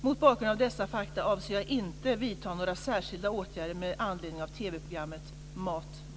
Mot bakgrund av dessa fakta avser jag inte att vidta några särskilda åtgärder med anledning av TV